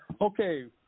Okay